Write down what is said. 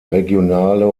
regionale